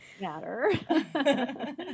matter